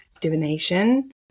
divination